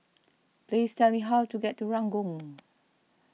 please tell me how to get to Ranggung